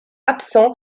absent